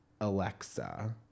Alexa